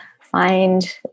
find